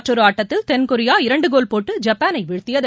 மற்றொருஆட்டத்தில் தென்கொரியா இரண்டுகோல் போட்டு ஜப்பானைவீழ்த்தியது